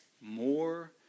more